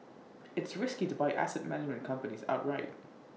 it's risky to buy asset management companies outright